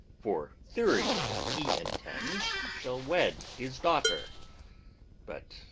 for thurio, he intends, shall wed his daughter but,